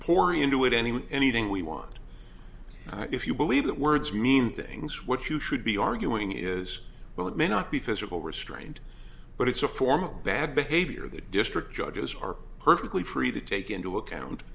pour into it any with anything we want if you believe that words mean things what you should be arguing is well it may not be physical restraint but it's a form of bad behavior the district judges are perfectly free to take into account